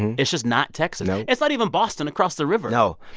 and it's just not texas no it's not even boston across the river no.